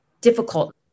difficult